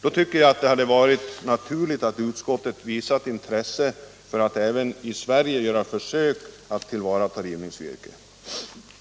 Det hade, tycker jag, varit naturligt att utskottet hade visat intresse för att vi även i Sverige skulle göra försök att tillvarata rivningsvirke.